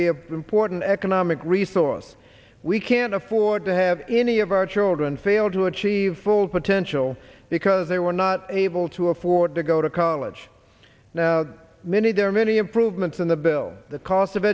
important economic resource we can't afford to have any of our children fail to achieve full potential because they were not able to afford to go to college now many there are many improvements in the bill the cost of